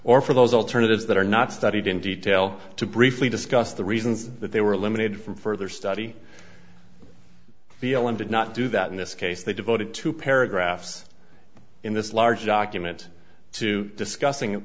or for those alternatives that are not studied in detail to briefly discuss the reasons that they were eliminated from further study feeling did not do that in this case they devoted two paragraphs in this large document to discussing